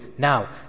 Now